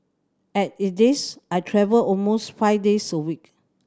as it is I travel almost five days a week